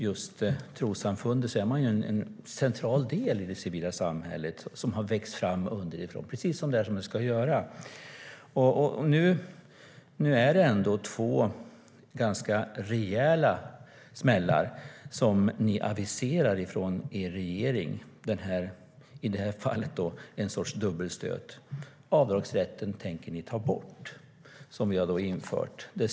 Just trossamfunden är en central del i det civila samhället som har växt fram underifrån, precis som det ska göra. Nu är det ändå två ganska rejäla smällar som ni aviserar från er regering i detta fall - en sorts dubbelstöt. Ni tänker ta bort avdragsrätten, som vi införde.